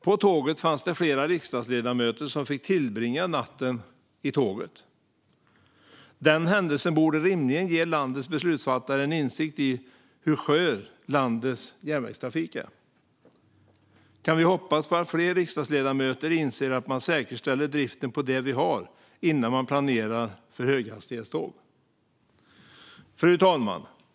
På tåget fanns det flera riksdagsledamöter, som fick tillbringa natten i tåget. Den händelsen borde rimligen ge landets beslutsfattare en insikt i hur skör landets järnvägstrafik är. Kan vi hoppas på att fler riksdagsledamöter inser att man ska säkerställa driften på det vi har innan man planerar för höghastighetståg? Fru talman!